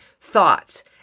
thoughts